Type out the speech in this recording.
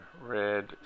Red